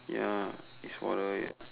ya it's for the ya